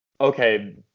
okay